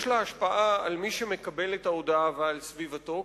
יש לה השפעה על מי שמקבל את ההודעה ועל סביבתו,